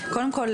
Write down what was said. קודם כל,